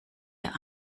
der